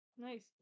nice